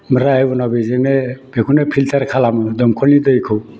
ओमफ्राय उनाव बेजोंनो बेखौनो फिल्टार खालामो दंखलनि दैखौ